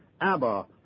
Abba